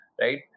right